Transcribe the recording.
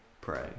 pray